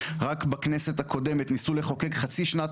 רק בכנסת הקודמת ניסו לחוקק חצי שנת